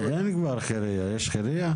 יש חירייה?